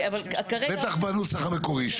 בטח בנוסח המקורי שלו.